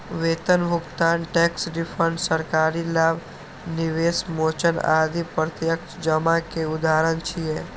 वेतन भुगतान, tax refund, सरकारी लाभ, निवेश मोचन आदि प्रत्यक्ष जमा के उदाहरण छियै